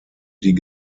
die